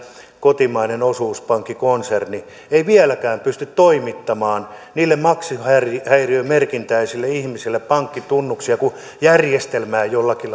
kotimainen osuuspankki konserni ei vieläkään pysty toimittamaan maksuhäiriömerkintäisille ihmisille pankkitunnuksia kun järjestelmä ei jollakin